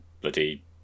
bloody